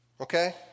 okay